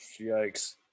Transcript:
Yikes